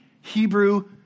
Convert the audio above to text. Hebrew